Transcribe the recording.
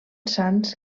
sants